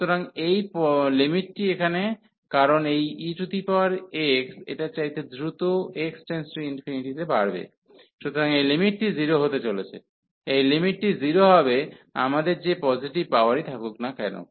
সুতরাং এই লিমিটটি এখানে কারণ এই ex এটার চাইতে দ্রুত x→∞ তে বাড়বে সুতরাং এই লিমিটটি 0 হতে চলেছে এই লিমিটটি 0 হবে আমাদের যে পজিটিভ পাওয়ারই থাকুক না কেন